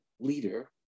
leader